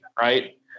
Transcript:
right